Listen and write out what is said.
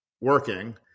working